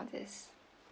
these